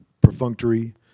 perfunctory